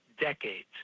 decades